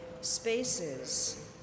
spaces